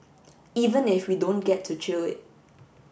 even if we don't get to chew it